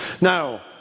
Now